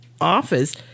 office